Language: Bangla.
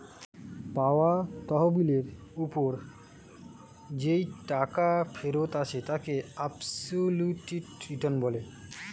পাওয়া তহবিলের ওপর যেই টাকা ফেরত আসে তাকে অ্যাবসোলিউট রিটার্ন বলে